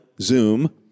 Zoom